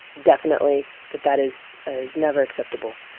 definitely, that that is ah is never acceptable